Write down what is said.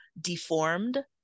deformed